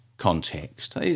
context